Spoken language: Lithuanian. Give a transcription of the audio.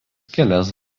kelias